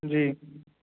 جی